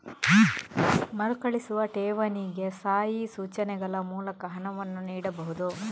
ಮರುಕಳಿಸುವ ಠೇವಣಿಗೆ ಸ್ಥಾಯಿ ಸೂಚನೆಗಳ ಮೂಲಕ ಹಣವನ್ನು ನೀಡಬಹುದು